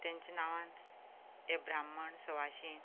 तांच्या नांवान हें ब्राह्मण सावशीण